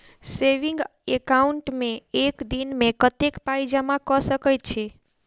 Saving account मे एक दिनमे कतेक पाई जमा कऽ सकैत छी?